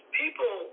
people